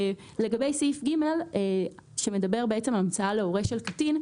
לגבי סעיף (ג) שמדבר על המצאה להורה של קטין.